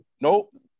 Nope